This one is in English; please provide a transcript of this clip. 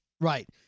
Right